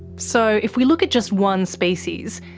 so if we look at just one species,